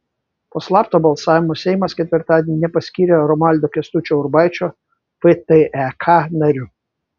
po slapto balsavimo seimas ketvirtadienį nepaskyrė romualdo kęstučio urbaičio vtek nariu